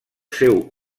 seu